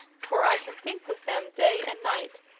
for i can think with them day and night,